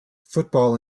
football